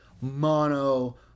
Mono